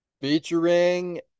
Featuring